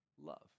love